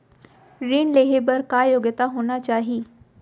ऋण लेहे बर का योग्यता होना चाही?